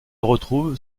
retrouve